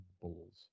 Bulls